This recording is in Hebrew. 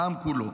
בעם כולו.